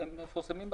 הם מפורסמים באתר.